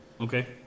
Okay